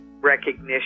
recognition